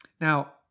Now